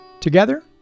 Together